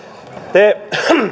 te